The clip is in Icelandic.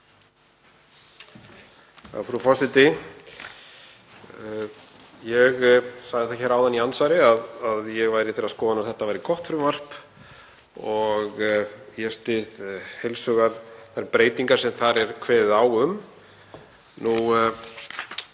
Frú forseti. Ég sagði hér áðan í andsvari að ég væri þeirrar skoðunar að þetta væri gott frumvarp og ég styð heils hugar þær breytingar sem þar er kveðið á um.